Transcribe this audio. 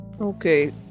okay